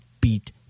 beat